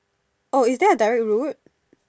oh is there a direct route